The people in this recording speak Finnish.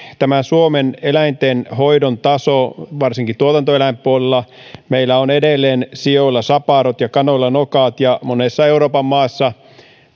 myös suomen eläinten hoidon taso varsinkin tuotantoeläinpuolella meillä on edelleen sioilla saparot ja kanoilla nokat ja monessa euroopan maassa